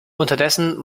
unterdessen